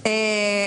הם יעלו הצעות,